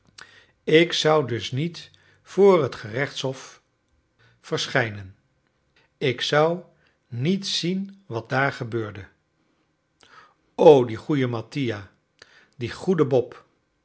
ik zou dus niet voor het gerechtshof verschijnen ik zou niet zien wat daar gebeurde o die goede mattia die goede bob